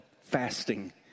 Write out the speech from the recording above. fasting